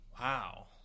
wow